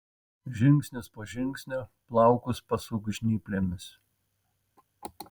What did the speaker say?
žingsnis po žingsnio plaukus pasuk žnyplėmis